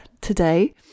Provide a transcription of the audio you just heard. today